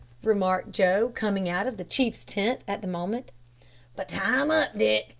remarked joe, coming out of the chief's tent at the moment but tie him up, dick,